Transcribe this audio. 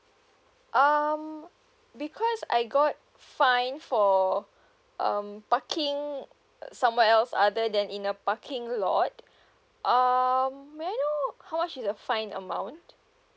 um because I got fine for um parking somewhere else other than in a parking lot um may I know how much is the fine amount